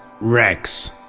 Rex